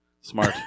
smart